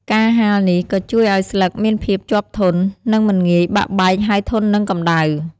ការហាលនេះក៏ជួយឲ្យស្លឹកមានភាពជាប់ធន់ និងមិនងាយបាក់បែកហើយធន់នឹងកម្តៅ។